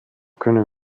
können